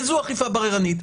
וזו אכיפה בררנית.